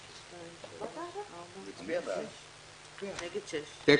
הצבעה בעד ההסתייגות מיעוט נגד,